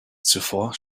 zuvor